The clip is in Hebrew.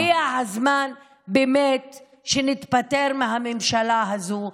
הגיע הזמן באמת שניפטר מהממשלה הזו,